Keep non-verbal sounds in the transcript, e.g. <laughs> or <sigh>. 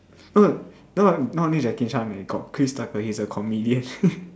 no not not only Jackie Chan eh got Chris Tucker he is a comedian <laughs>